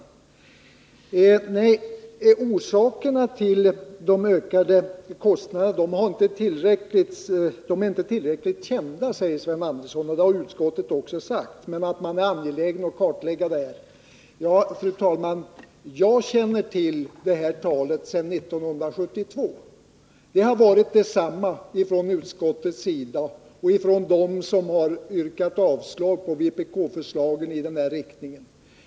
Sven Andersson sade att orsakerna till ökningen av kostnaderna inte är tillräckligt kända. Det har även utskottet uttalat samtidigt som det har skrivit att det är angeläget att göra en kartläggning. Fru talman! Sedan 1972 känner jag till det här talet från utskottet och dem som yrkat avslag på vpk-förslagen i den här riktningen.